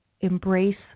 embrace